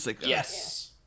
Yes